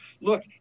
Look